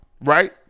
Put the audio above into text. right